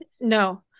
No